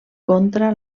contra